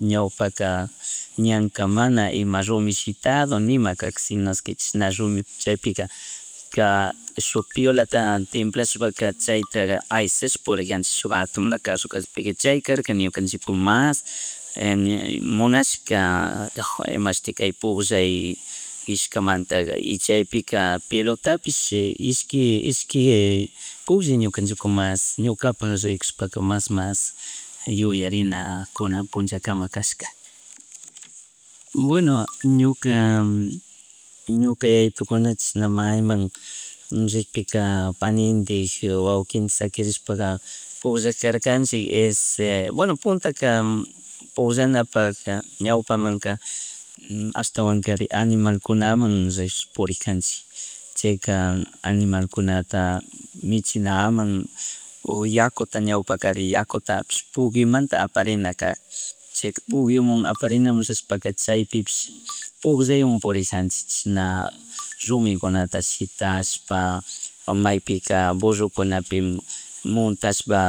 Ñawpaka ñanka mana ima rumi shitado nima karkaka, shinosque chaypika rumi chaypika karka shuk piolata templashpapaka chayta ayshash puriganchik shuk jatunla carro chay karka ñukanchipuk mas ña munashka imashuti kay pukllay y chaypika pelotapish y ishki ishki pukllay ñuknachik pocomas ñukapak rikushpaka màs- màs yuyarinakuna punlla kashka. Bueno ñuka ñuka yayitukuna chashna mayman rickpika panindik, waukindik shakirishpaga pukllakarkanchik es bueno puntaka, pullanapaja ñawpa mantak ashtawankarin animalkunaman rish purijanchik chayka animalkunata, michinaman, o yakuta ñawpakari, yakutapish purgyomanta aparinakagpish chayka puguiomun aparinaman rishapaka chyapipish pugllaywan purijanchik chishna rumikunata shitashpa maypi ka burrukunapi montashpa